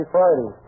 Friday